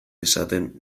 esaten